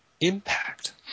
Impact